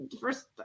first